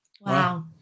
Wow